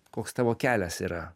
koks tavo kelias yra